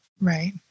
Right